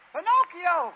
Pinocchio